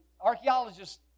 Archaeologists